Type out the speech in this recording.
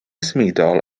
symudol